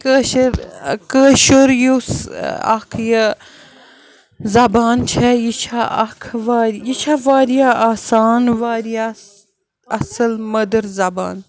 کٲشِر کٲشُر یُس اَکھ یہِ زبان چھےٚ یہِ چھےٚ اَکھ وا یہِ چھےٚ واریاہ آسان واریاہ اَصٕل مٔدٕر زبان